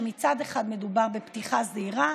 כשמצד אחד מדובר בפתיחה זהירה,